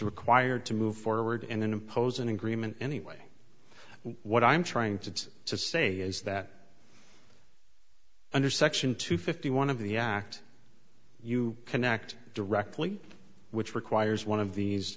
required to move forward and impose an agreement anyway what i'm trying to say is that under section two fifty one of the act you connect directly which requires one of these